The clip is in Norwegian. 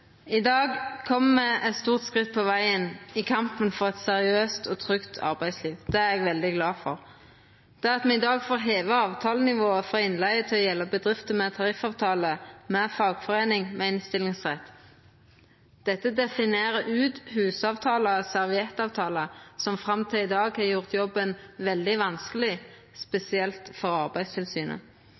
I dag kjem me eit stort skritt på vegen i kampen for eit seriøst og trygt arbeidsliv. Det er eg veldig glad for. At me i dag får heva avtalenivået for innleige til å gjelda bedrifter som har inngått tariffavtale med fagforeining med innstillingsrett, definerer ut hus-avtaler og serviettavtaler som fram til i dag har gjort jobben veldig vanskeleg, spesielt for Arbeidstilsynet.